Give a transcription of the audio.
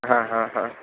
हा हा हा